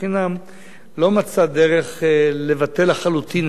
לא מצא דרך לבטל לחלוטין את הפערים האלה,